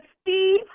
Steve